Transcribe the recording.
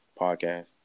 Podcast